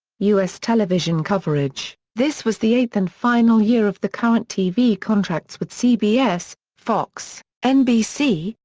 u s. television coverage this was the eighth and final year of the current tv contracts with cbs, fox, nbc,